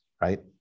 right